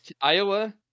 Iowa